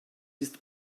ist